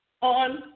on